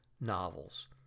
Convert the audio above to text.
novels